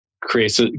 creates